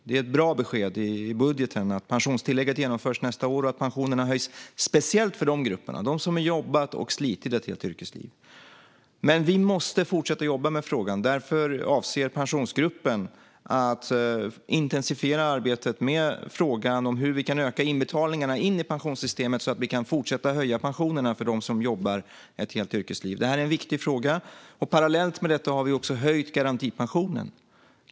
Det är ett bra besked i budgeten att pensionstillägget genomförs nästa år och att pensionerna höjs, speciellt för dessa grupper - de som har jobbat och slitit i ett helt yrkesliv. Men vi måste fortsätta att jobba med frågan, och därför avser Pensionsgruppen att intensifiera arbetet med frågan om hur vi kan öka inbetalningarna till pensionssystemet så att vi kan fortsätta att höja pensionerna för dem som jobbar i ett helt yrkesliv. Det här är en viktig fråga. Parallellt med detta har vi också höjt garantipensionen.